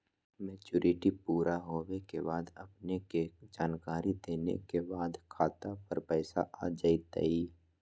Maturity पुरा होवे के बाद अपने के जानकारी देने के बाद खाता पर पैसा आ जतई?